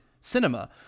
cinema